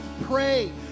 pray